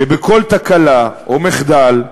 שבכל תקלה או מחדל,